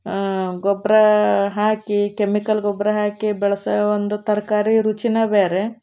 ಗೊಬ್ಬರ ಹಾಕಿ ಕೆಮಿಕಲ್ ಗೊಬ್ಬರ ಹಾಕಿ ಬೆಳೆಸೋ ಒಂದು ತರಕಾರಿ ರುಚಿನೇ ಬೇರೆ